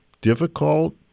difficult